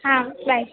હા બાય